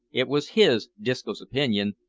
it was his, disco's opinion,